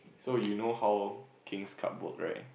so you know how kings cup work right